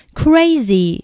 crazy